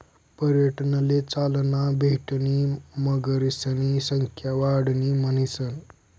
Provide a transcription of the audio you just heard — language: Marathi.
पर्यटनले चालना भेटणी मगरीसनी संख्या वाढणी म्हणीसन